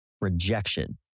Rejection